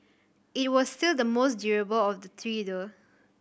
it was still the most durable of the three though